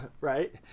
right